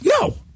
No